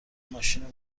ماشین